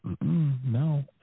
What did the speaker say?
No